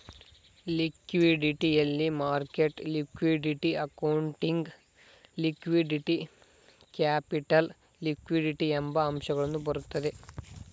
liquidity ಯಲ್ಲಿ market liquidity, accounting liquidity, capital liquidity ಎಂಬ ಅಂಶಗಳು ಬರುತ್ತವೆ